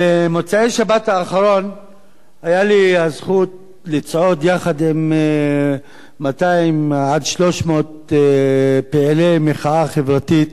במוצאי-שבת היתה לי הזכות לצעוד יחד עם 200 300 פעילי מחאה חברתית